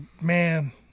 man